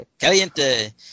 Caliente